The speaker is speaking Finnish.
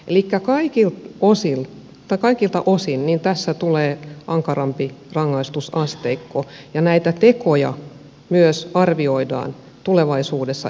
elikkä kaikilta osin tässä tulee ankarampi rangaistusasteikko ja näitä tekoja myös arvioidaan tulevaisuudessa eri tavalla